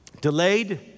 delayed